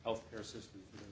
health care system